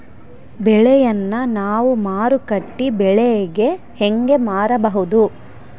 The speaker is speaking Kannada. ಬೆಳೆಯನ್ನ ನಾವು ಮಾರುಕಟ್ಟೆ ಬೆಲೆಗೆ ಹೆಂಗೆ ಮಾರಬಹುದು?